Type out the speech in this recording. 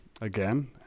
Again